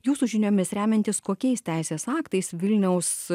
jūsų žiniomis remiantis kokiais teisės aktais vilniaus